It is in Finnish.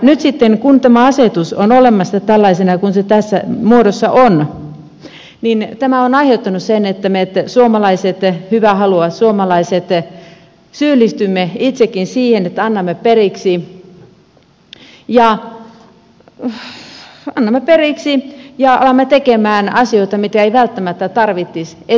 nyt sitten kun tämä asetus on olemassa tällaisena kuin se tässä muodossa on tämä on aiheuttanut sen että me suomalaiset hyvää haluavat suomalaiset syyllistymme itsekin siihen että annamme periksi ja alamme tekemään asioita mitä ei välttämättä tarvitsisi edes tehdä